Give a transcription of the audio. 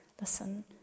listen